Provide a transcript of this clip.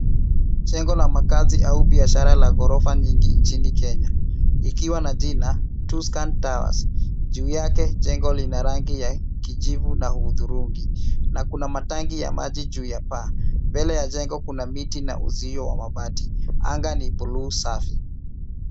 Jengo la makazi au biashara la ghorofa nyingi nchini Kenya likiwa na jina two scan towers juu yake jengo lina rangi ya kijivu na hudhurungi na kuna matangi ya maji juu ya paa mbele ya jengo kuna miti na uzio wa mabati anga ni buluu safi